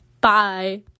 bye